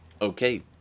Okay